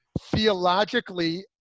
Theologically